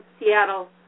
Seattle